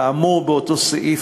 כאמור באותו סעיף,